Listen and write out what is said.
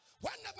Whenever